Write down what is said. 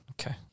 Okay